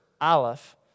Aleph